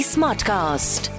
Smartcast